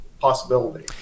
possibility